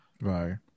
Right